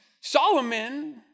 Solomon